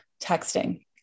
texting